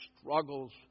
struggles